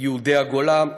ביהודי הגולה,